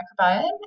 microbiome